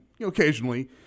occasionally